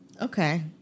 Okay